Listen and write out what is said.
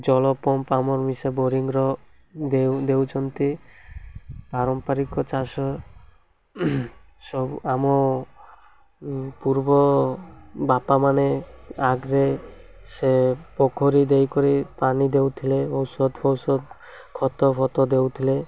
ଜଳପମ୍ପ ଆମର୍ ମିଶା ବୋରିଂର ଦେଉ ଦେଉଛନ୍ତି ପାରମ୍ପାରିକ ଚାଷ ସବୁ ଆମ ପୂର୍ବ ବାପାମାନେ ଆଗ୍ ରେ ସେ ପୋଖରୀ ଦେଇକରି ପାଣି ଦେଉଥିଲେ ଔଷଧ ଫଷଦ ଖତ ଫତ ଦେଉଥିଲେ